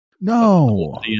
No